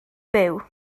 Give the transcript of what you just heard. byw